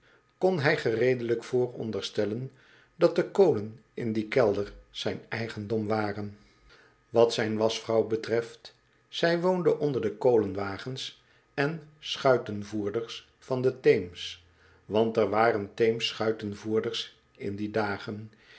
kon hij gereedelijk vooronderstellen dat de kolen in dien kelder zijn eigendom waren wat zijn wasch vrouw betreft zij woonde onder de kolenwagcns en schuitenvoerders van de teems want er waren teems schuitenvoerders in die dagen